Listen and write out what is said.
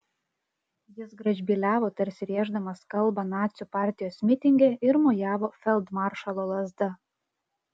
jis gražbyliavo tarsi rėždamas kalbą nacių partijos mitinge ir mojavo feldmaršalo lazda